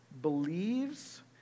believes